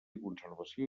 conservació